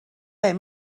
hem